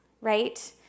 right